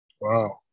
Wow